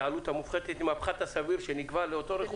העלות המופחתת עם הפחת הסביר שנקבע לאותו רכוש?